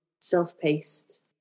self-paced